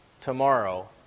tomorrow